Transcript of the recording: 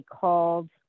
called